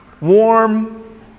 warm